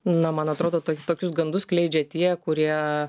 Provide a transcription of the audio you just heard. na man atrodo to tokius gandus skleidžia tie kurie